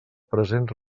present